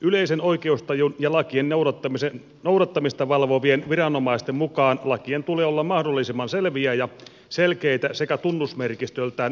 yleisen oikeustajun ja lakien noudattamista valvovien viranomaisten mukaan lakien tulee olla mahdollisimman selviä ja selkeitä sekä tunnusmerkistöltään yksiselitteisiä